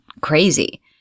crazy